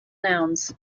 nouns